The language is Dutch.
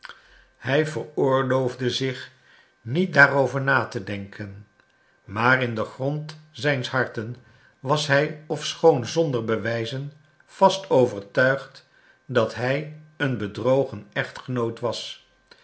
hij veroorloofde zich niet daarover na te denken maar in den grond zijns harten was hij ofschoon zonder bewijzen vast overtuigd dat hij een bedrogen echtgenoot was